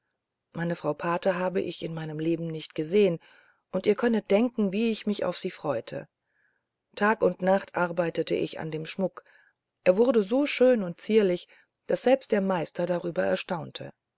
meine frau pate habe ich in meinem leben nicht gesehen und ihr könnet denken wie ich mich auf sie freute tag und nacht arbeitete ich an dem schmuck er wurde so schön und zierlich daß selbst der meister darüber erstaunte